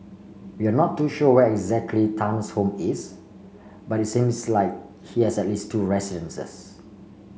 we are not too sure where exactly Tan's home is but seems like he has at least two residences